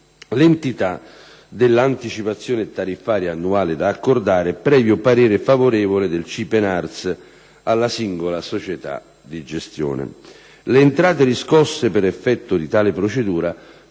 l'entità della «anticipazione tariffaria» annuale da accordare, previo parere favorevole del CIPE-NARS, alla singola società di gestione. Le entrate riscosse per effetto di tale procedura